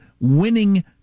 winning